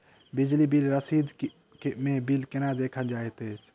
बिजली बिल रसीद मे बिल केना देखल जाइत अछि?